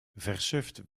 versuft